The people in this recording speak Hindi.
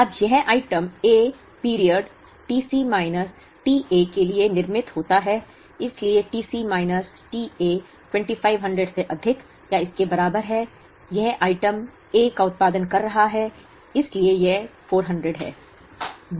अब यह item A period t C minus t A के लिए निर्मित होता है इसलिए t C minus t A 2500 से अधिक या इसके बराबर है यह आइटम A का उत्पादन कर रहा है इसलिए यह 400 है